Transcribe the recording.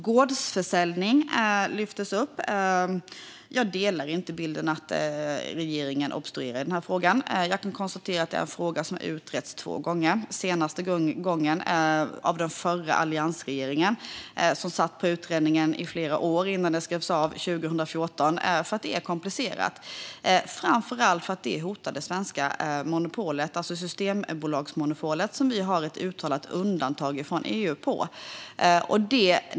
Gårdsförsäljning lyftes upp här. Jag instämmer inte i bilden att regeringen obstruerar i frågan. Jag konstaterar att frågan har utretts två gånger. Senaste gången var av den förra alliansregeringen, som satt på utredningen i flera år innan den skrevs av 2014. Frågan är komplicerad, framför allt för att gårdsförsäljning hotar det svenska monopolet, systembolagsmonopolet, som Sverige har ett uttalat undantag för i EU.